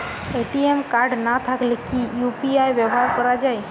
ATM card না থাকলে কি ইউ.পি.আই ব্যবহার করা য়ায়?